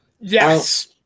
Yes